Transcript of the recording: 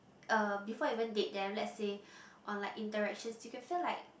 uh before you even date them let's say on like interactions you can feel like